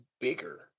bigger